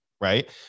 right